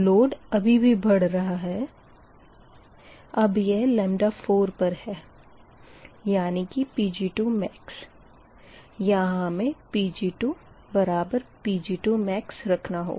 load अभी भी बढ़ रहा है अब यह 4 पर है यानी कि Pg2max यहाँ हमें Pg2Pg2max रखना होगा